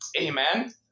Amen